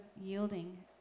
yielding